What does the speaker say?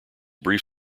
brief